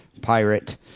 Pirate